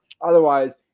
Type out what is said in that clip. Otherwise